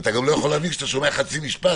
ואצה גם לא יכול להבין כשאתה שומע חצי משפט,